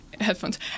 headphones